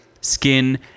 skin